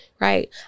right